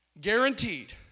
guaranteed